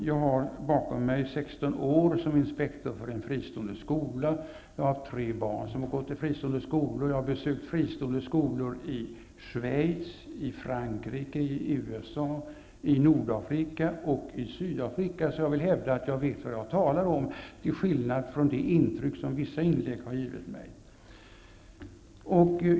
Jag har bakom mig 16 år som inspektor för en fristående skola, jag har tre barn som har gått i fristående skolor, jag har besökt fristående skolor i Schweiz, i Frankrike, i USA, i Nordafrika och i Sydafrika, så jag vill hävda att jag vet vad jag talar om, till skillnad från det intryck som vissa talare har givit mig i sina inlägg.